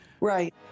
Right